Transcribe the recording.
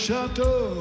Chateau